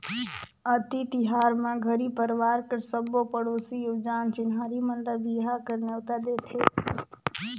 अक्ती तिहार म घरी परवार कर सबो पड़ोसी अउ जान चिन्हारी मन ल बिहा कर नेवता देथे